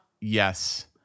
Yes